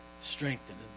strengthened